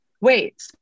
Wait